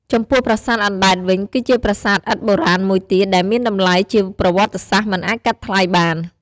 ចំពោះប្រាសាទអណ្ដែតវិញ គឺជាប្រាសាទឥដ្ឋបុរាណមួយទៀតដែលមានតម្លៃជាប្រវត្តិសាស្ត្រមិនអាចកាត់ថ្លៃបាន។